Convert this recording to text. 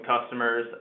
customers